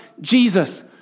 Jesus